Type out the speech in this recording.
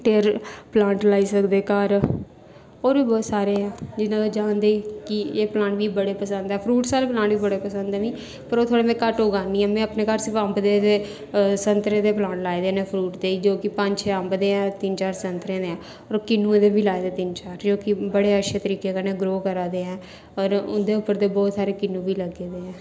टेर प्लांट लाई सकदे घर होर बी बोह्त सारे जियां कि तुस जानदे कि एह् प्लांट मिगी बड़े पसंद ऐ फ्रूट्स आह्ले प्लांट बी मिगी बड़े पसंद ऐ मी पर ओह् थोह्ड़े मैं घट्ठ उगानी आं में अपने घर सिर्फ अम्ब दे संतरे दे प्लांट लाए दे जो कि पंज छे अम्ब दे न ते तिन चार संतरे दे होर किन्नुए दे बी लाए दे न तिन चार जो कि बड़े अच्छे तरीके कन्नै ग्रो करा दे न होर उंदे उप्पर ते बोह्त सारे किन्नु बी लग्गे दे हैन